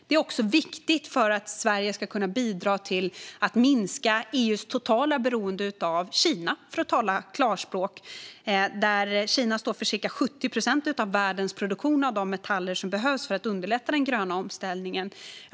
Det är också viktigt för att Sverige ska kunna bidra till att minska EU:s totala beroende av Kina, för att tala klarspråk. Kina står för cirka 70 procent av världens produktion av de metaller som behövs för att underlätta den gröna omställningen.